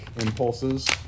impulses